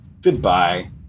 Goodbye